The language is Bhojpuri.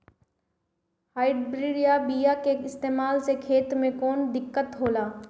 हाइब्रिड बीया के इस्तेमाल से खेत में कौन दिकत होलाऽ?